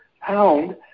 pound